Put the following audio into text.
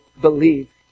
believe